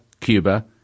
Cuba